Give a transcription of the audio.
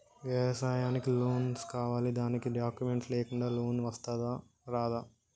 వ్యవసాయానికి లోన్స్ కావాలి దానికి డాక్యుమెంట్స్ లేకుండా లోన్ వస్తుందా రాదా?